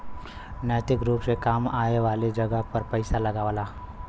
नैतिक रुप से काम आए वाले जगह पर पइसा लगावला